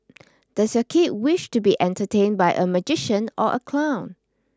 does your kid wish to be entertained by a magician or a clown